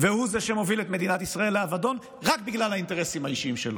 והוא זה שמוביל את מדינת ישראל לאבדון רק בגלל האינטרסים האישיים שלו.